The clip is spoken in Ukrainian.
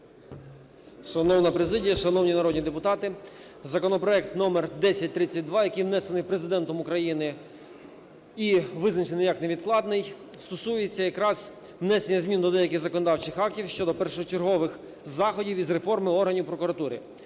Шановна президія, шановні народні депутати! Законопроект номер 1032, який внесений Президентом України і визначений, як невідкладний, стосується якраз внесення змін до деяких законодавчих актів щодо першочергових заходів із реформи органів прокуратури.